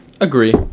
agree